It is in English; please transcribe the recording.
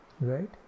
Right